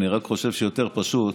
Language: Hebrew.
אני רק חושב שיותר פשוט,